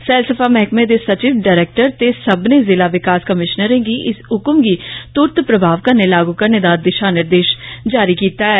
सैलसफा मैहकमे दे सचिव डरैक्टर ते सब्बने जिला विकास कमीशनरें गी इस हक्मै गी तुरत प्रभाव कन्ने लागू करने दा निर्देश जारी कीता गेआ ऐ